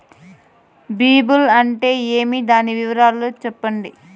సిబిల్ అంటే ఏమి? దాని వివరాలు సెప్పండి?